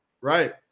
Right